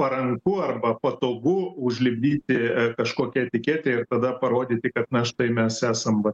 paranku arba patogu užlipdyti kažkokią etiketę ir tada parodyti kad na štai mes esam va